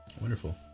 Wonderful